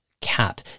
cap